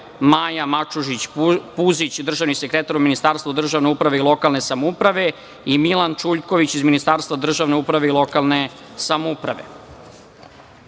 Maja Madžužić Puzić, državni sekretar u Ministarstvu državne uprave i lokalne samouprave i Milan Čuljković iz Ministarstva državne uprave i lokalne samouprave. Molim